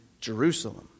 Jerusalem